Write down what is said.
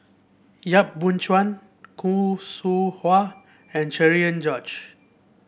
Yap Boon Chuan Khoo Seow Hwa and Cherian George